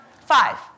Five